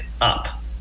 up